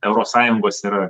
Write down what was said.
eurosąjungos yra